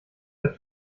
der